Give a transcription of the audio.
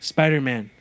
Spider-Man